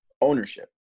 ownership